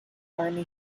army